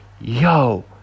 yo